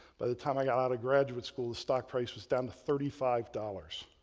by the time i got out of graduate school, the stock price was down to thirty five dollars.